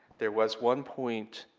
there was one point,